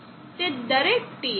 તે દરેક TS